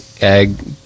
egg